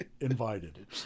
invited